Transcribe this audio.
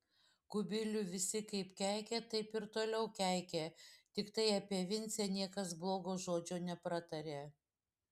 kubilių visi kaip keikė taip ir toliau keikė tiktai apie vincę niekas blogo žodžio nepratarė